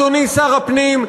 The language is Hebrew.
אדוני שר הפנים,